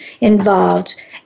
involved